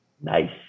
Nice